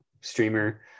streamer